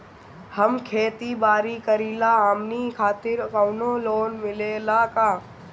हम खेती बारी करिला हमनि खातिर कउनो लोन मिले ला का?